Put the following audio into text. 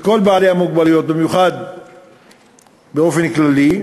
לכל בעלי המוגבלויות, באופן כללי,